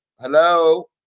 Hello